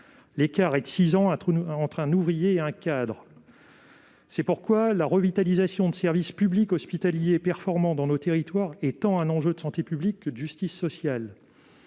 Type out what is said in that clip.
L'écart est de 6 ans entre un ouvrier et un cadre. C'est pourquoi la revitalisation de services publics hospitaliers performants dans nos territoires est un enjeu tant de santé publique que de justice sociale.